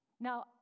Now